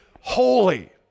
holy